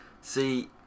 see